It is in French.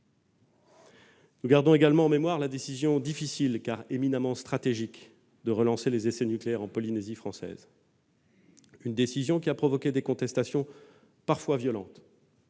Gardons également en mémoire la décision difficile, car éminemment stratégique, de relancer les essais nucléaires en Polynésie française : une décision qui a provoqué des contestations, parfois violentes,